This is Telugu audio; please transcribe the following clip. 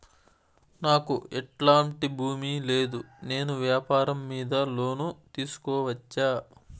నాకు ఎట్లాంటి భూమి లేదు నేను వ్యాపారం మీద లోను తీసుకోవచ్చా?